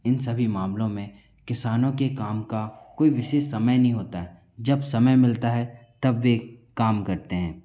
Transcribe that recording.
इन सभी मामलों में किसानों के काम का कोई विशेष समय नहीं होता जब समय मिलता है तब वे काम करते हैं